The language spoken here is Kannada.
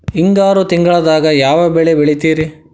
ಹಿಂಗಾರು ತಿಂಗಳದಾಗ ಯಾವ ಬೆಳೆ ಬೆಳಿತಿರಿ?